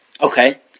Okay